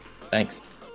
Thanks